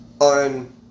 On